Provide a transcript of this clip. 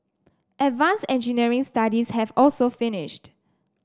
advance engineering studies have also finished